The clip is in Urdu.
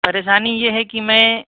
پریشانی یہ ہے کہ میں